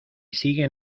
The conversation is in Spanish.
siguen